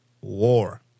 war